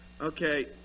okay